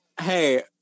hey